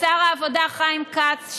לשר העבודה חיים כץ,